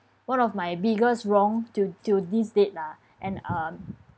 one of my biggest wrong till till this date lah and um